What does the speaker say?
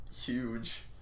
huge